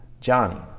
Johnny